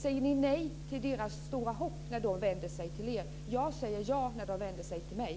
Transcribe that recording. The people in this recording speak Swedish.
Säger ni nej till deras stora hopp när de vänder sig till er? Jag säger ja när de vänder sig till mig.